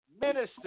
minister